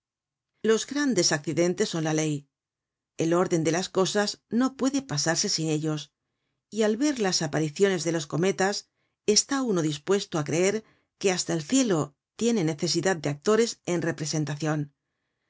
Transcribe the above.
los grandes accidentes son la ley el órden de las cosas no puede pasarse sin ellos y al ver las apariciones de los cometas está uno dispuesto á creer que hasta el cielo tiene necesidad de actores en representacion